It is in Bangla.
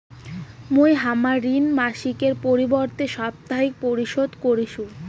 মুই হামার ঋণ মাসিকের পরিবর্তে সাপ্তাহিক পরিশোধ করিসু